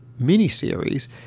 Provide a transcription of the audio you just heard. miniseries